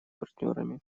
партнерами